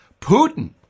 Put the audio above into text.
Putin